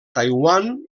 taiwan